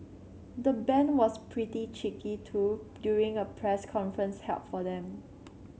the band was pretty cheeky too during a press conference held for them